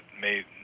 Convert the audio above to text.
made